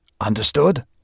Understood